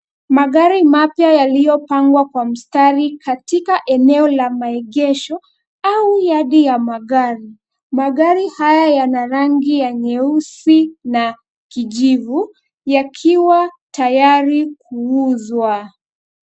Magari mapya yaliyopangwa kwa mstari katika eneo la maegesho au yadi ya magari. Magari haya yana rangi ya nyeusi na kijivu, yakiwa tayari kuuzwa.